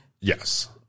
Yes